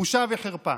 בושה וחרפה.